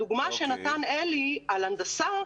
הדוגמה שנתן אלי בוך על הנדסה,